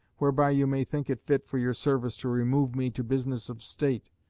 whereby you may think it fit for your service to remove me to business of state,